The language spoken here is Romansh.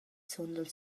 sundel